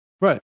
Right